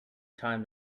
time